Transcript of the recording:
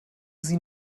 sie